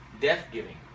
death-giving